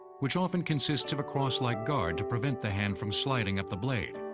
which often consists of a cross like guard to prevent the hand from sliding up the blade,